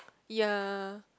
ya